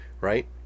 right